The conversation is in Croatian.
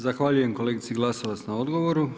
Zahvaljujem kolegici Glasovac na odgovoru.